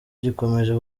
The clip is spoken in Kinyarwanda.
gikomeje